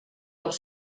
els